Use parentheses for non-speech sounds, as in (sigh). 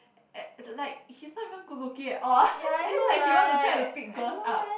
at the light he's not even good looking at all (laughs) then like he try to pick girls up